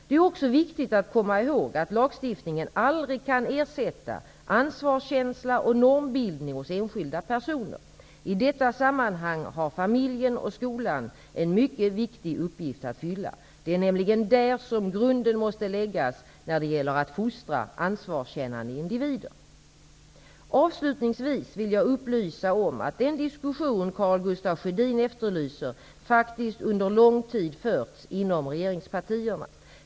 Det är också viktigt att komma ihåg att lagstiftningen aldrig kan ersätta ansvarskänsla och normbildning hos enskilda personer. I detta sammanhang har familjen och skolan en mycket viktig uppgift att fylla. Det är nämligen där som grunden måste läggas när det gäller att fostra anvarskännande individer. Avslutningsvis vill jag upplysa om att den diskussion som Karl Gustaf Sjödin efterlyser faktiskt under lång tid förts inom regeringspartierna.